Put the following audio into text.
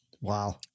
wow